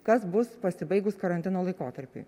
kas bus pasibaigus karantino laikotarpiui